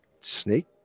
snake